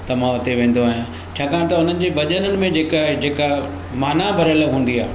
त मां हुते वेंदो आहियां छाकणि त हुनजे भॼन में जेका आहे जेका माना भरियल हुंदी आहे